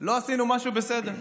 לא עשינו משהו בסדר,